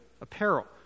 apparel